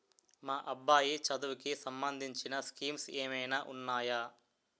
మా అబ్బాయి చదువుకి సంబందించిన స్కీమ్స్ ఏమైనా ఉన్నాయా?